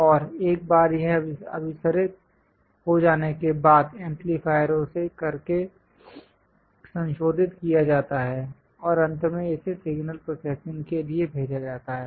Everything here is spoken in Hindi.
और एक बार यह अभिसरित हो जाने के बाद एम्पलीफायरों से करके संशोधित किया जाता है और अंत में इसे सिग्नल प्रोसेसिंग के लिए भेजा जाता है